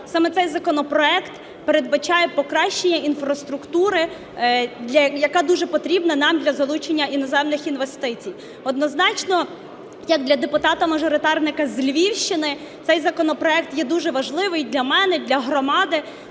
саме цей законопроект передбачає покращення інфраструктури, яка дуже потрібна нам для залучення іноземних інвестицій. Однозначно як для депутата-мажоритарника з Львівщини цей законопроект є дуже важливий для мене, для громади.